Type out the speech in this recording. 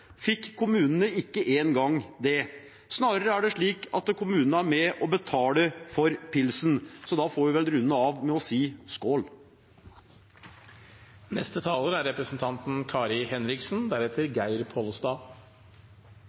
fikk kommunene ikke engang det. Snarere er det slik at kommunene er med og betaler for pilsen. Så da får vi vel runde av med å si: Skål! Koronasituasjonen er